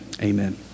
Amen